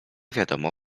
wiadomo